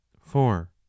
four